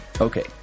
Okay